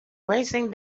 racing